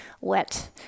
wet